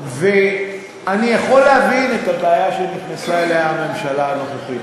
ואני יכול להבין את הבעיה שנכנסה אליה הממשלה הנוכחית,